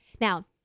Now